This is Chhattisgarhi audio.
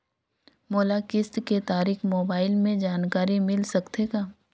मोला किस्त के तारिक मोबाइल मे जानकारी मिल सकथे का?